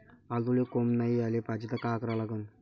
आलूले कोंब नाई याले पायजे त का करा लागन?